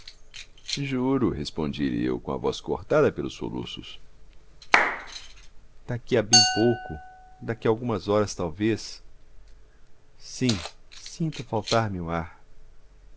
cumprir juro respondi-lhe eu com a voz cortada pelos soluços daqui a bem pouco tempo daqui a algumas horas talvez sim sinto faltar me o ar